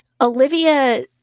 Olivia